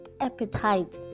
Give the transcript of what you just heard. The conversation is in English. appetite